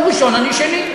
הוא ראשון, אני שני.